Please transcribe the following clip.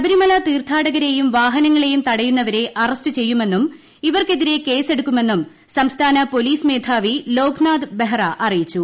ശബരിമല തീർത്ഥാടകരെയും വാഹനങ്ങളെയും തടയുന്നവരെ അറസ്റ്റ് ചെയ്യുമെന്നും ഇവർക്കെതിരെ കേസ് എടുക്കുമെന്നും സംസ്ഥാന പോലീസ് മേധാവി ലോക്നാഥ് ബെഹ്റ അറിയിച്ചു